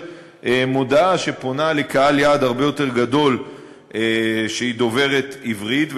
על מודעה שפונה לקהל יעד הרבה יותר גדול שהיא דוברת עברית.